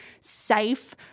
safe